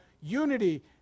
unity